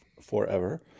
forever